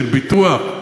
של ביטוח.